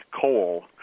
coal